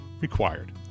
required